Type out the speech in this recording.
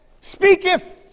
speaketh